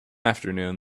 afternoon